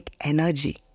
energy